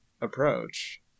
approach